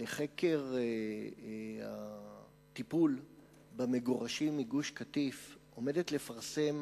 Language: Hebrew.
לחקר הטיפול במגורשים מגוש-קטיף עומדת לפרסם